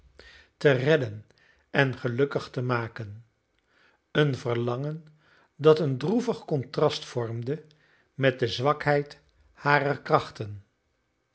te redden en gelukkig te maken een verlangen dat een droevig contrast vormde met de zwakheid harer krachten